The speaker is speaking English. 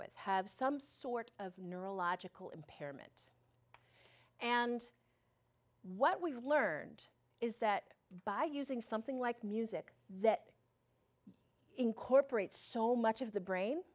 with have some sort of neurological impairment and what we've learned is that by using something like music that incorporates so much of the brain